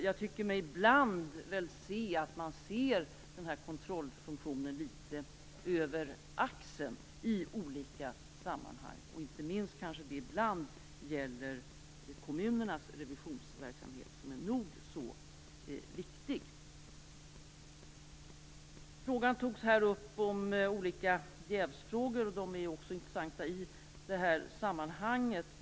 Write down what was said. Jag tycker mig ibland uppfatta att man ser denna kontrollfunktion litet över axeln i olika sammanhang. Inte minst gäller det kommunernas revisionsverksamhet, som är nog så viktig. Olika jävsfrågor togs upp. De är också intressanta i detta sammanhang.